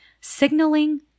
signaling